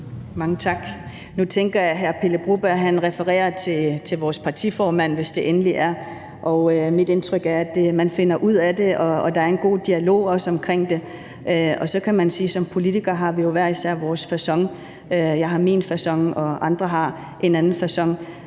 Mange tak. Nu tænker jeg, at hr. Pele Broberg refererer til vores partiformand, hvis det endelig er, og mit indtryk er, at man finder ud af det, og der er også en god dialog omkring det. Så kan man sige, at vi som politikere hver især har vores facon. Jeg har min facon, og andre har en anden facon.